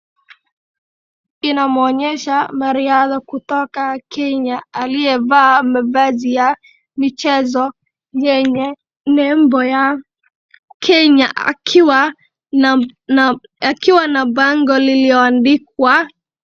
Inamuonyesha mwanariadha kutoka Kenya aliyevaa mavazi ya michezo yenye nembo ya Kenya akiwa na bango lililoandikwa.